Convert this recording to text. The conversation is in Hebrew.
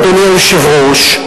אדוני היושב-ראש,